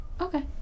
Okay